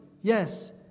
Yes